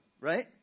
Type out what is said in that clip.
right